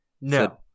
No